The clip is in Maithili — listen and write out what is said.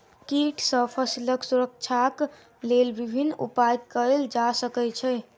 कीट सॅ फसीलक सुरक्षाक लेल विभिन्न उपाय कयल जा सकै छै